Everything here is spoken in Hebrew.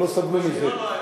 הם לא סבלו מזה,